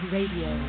Radio